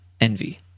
envy